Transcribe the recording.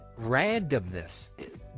randomness